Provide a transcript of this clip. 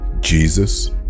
Jesus